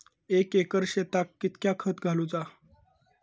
एक एकर शेताक कीतक्या खत घालूचा?